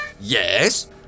Yes